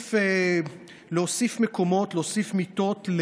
להוסיף מקומות, להוסיף מיטות,